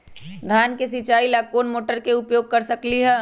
धान के सिचाई ला कोंन मोटर के उपयोग कर सकली ह?